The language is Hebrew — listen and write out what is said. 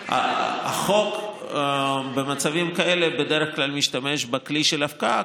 החוק במצבים כאלה בדרך כלל משתמש בכלי של הפקעה,